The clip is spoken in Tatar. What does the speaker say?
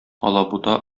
алабута